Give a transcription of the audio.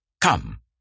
Come